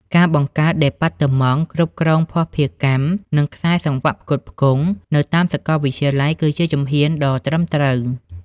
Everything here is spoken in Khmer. ការបង្កើតដេប៉ាតឺម៉ង់ "គ្រប់គ្រងភស្តុភារកម្ម និងខ្សែសង្វាក់ផ្គត់ផ្គង់" នៅតាមសាកលវិទ្យាល័យ គឺជាជំហានដ៏ត្រឹមត្រូវ។